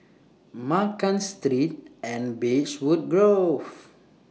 Ma Kan three and Beechwood Grove